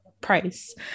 price